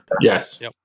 yes